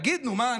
תגיד, נו, מה?